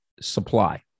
supply